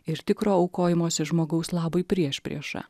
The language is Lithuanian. ir tikro aukojimosi žmogaus labui priešprieša